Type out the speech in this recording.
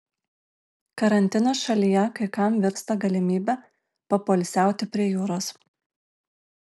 karantinas šalyje kai kam virsta galimybe papoilsiauti prie jūros